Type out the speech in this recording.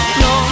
no